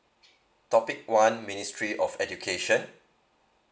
topic one ministry of education